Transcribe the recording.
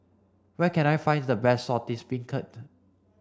where can I find the best Saltish Beancurd